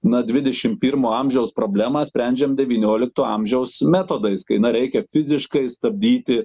na dvidešim pirmo amžiaus problemą sprendžiam devyniolikto amžiaus metodais kai na reikia fiziškai stabdyti